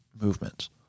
movements